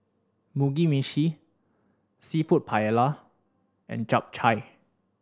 Mugi Meshi Seafood Paella and Japchae